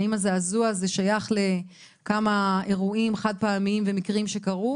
האם הזעזוע הזה שייך לכמה אירועים חד פעמיים ומקרים שקרו